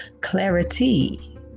clarity